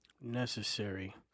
necessary